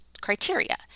criteria